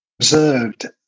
observed